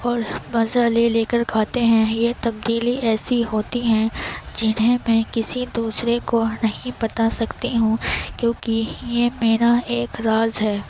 اور مزہ لے لے کر کھاتے ہیں یہ تبدیلی ایسی ہوتی ہیں جنہیں میں کسی دوسرے کو نہیں بتا سکتی ہوں کیوں کہ یہ میرا ایک راز ہے